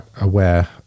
aware